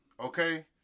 Okay